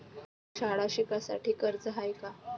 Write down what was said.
शाळा शिकासाठी कर्ज हाय का?